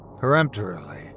peremptorily